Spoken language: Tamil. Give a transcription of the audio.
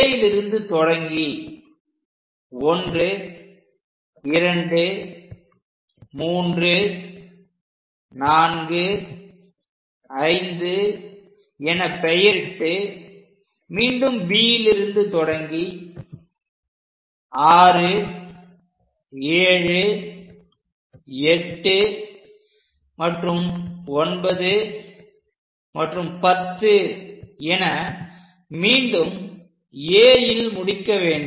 Aலிருந்து தொடங்கி 12345 என பெயரிட்டு மீண்டும் B லிருந்து தொடங்கி 6 7 8 மற்றும் 9 மற்றும் 10 என மீண்டும் Aல் முடிக்க வேண்டும்